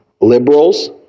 liberals